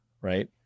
right